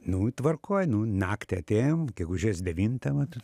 nu tvarkoj nu naktį atėjom gegužės devintą vat